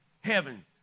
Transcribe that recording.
heaven